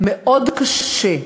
מאוד קשה.